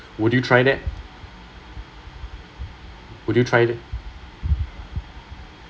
would you try that would you try th~